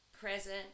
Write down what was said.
present